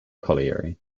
colliery